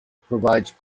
provides